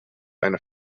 eine